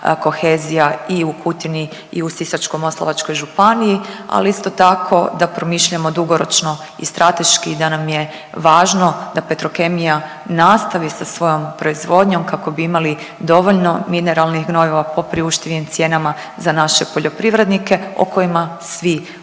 kohezija i u Kutini i u Sisačko-moslavačkoj županiji, ali isto tako da promišljamo dugoročno i strateški da nam je važno da Petrokemija nastavi sa svojom proizvodnjom kako bi imali dovoljno mineralnih gnojiva po priuštivim cijenama za naše poljoprivrednike o kojima svi ovisimo